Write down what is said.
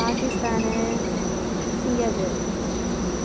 Pakistan Singapore